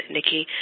Nikki